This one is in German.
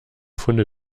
funde